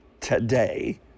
today